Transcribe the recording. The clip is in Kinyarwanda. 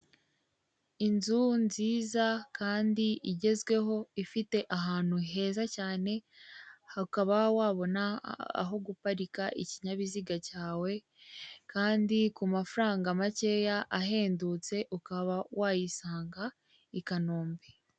Inzu nziza kandi igezweho, ifite ahantu heza cyane, hakaba wabona aho guparika ikinyabiziga cyawe, kandi ku mafaranga makeya ahendutse ukaba wayisanga i Kanombe.